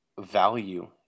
value